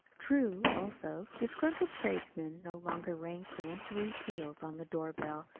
true, also, disgruntled tradesmen no longer rang peremptory peals on the doorbell,